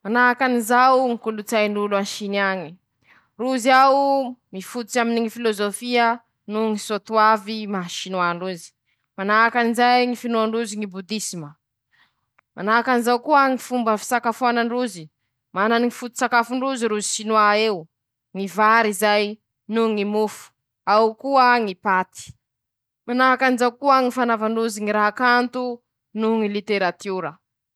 Ñy kolotsay an'Indy añy:-Rozy añe mifototsy aminy ñy filôzôfy noho ñy fivavaha ;manahaky anizao ñy finoan-drozy gny Bodisma, misy koa ñy fivavaha hafa manahaky ñy silamo ;misy koa ñy fomban-draza, soatoavy anañan-drozy, ñy fianakavia zay ;manahaky anizay koa ñy fety ankalazan-drozy azy añy, manany ñy fetin-drozy rozy ;misy ñy famokaran-drozy ñyraha kanto noho ñy literatiora.